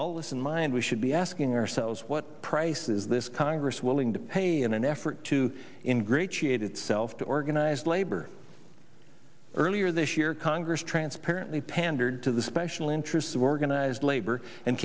all this in mind we should be asking ourselves what price is this congress willing to pay in an effort to integrate she ate itself to organized labor earlier this year congress transparently pandered to the special interests of organized labor and